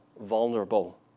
vulnerable